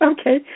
Okay